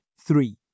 Three